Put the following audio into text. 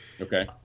Okay